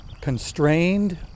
constrained